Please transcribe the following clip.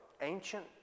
ancient